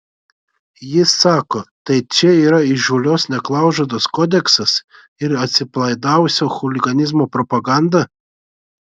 jis sako tai čia yra įžūlios neklaužados kodeksas ir atsipalaidavusio chuliganizmo propaganda